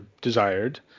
desired